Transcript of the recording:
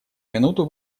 минуту